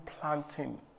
planting